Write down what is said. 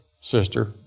sister